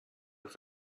auf